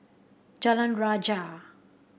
Jalan Rajah